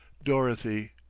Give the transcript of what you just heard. dorothy!